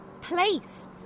place